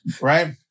right